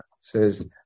says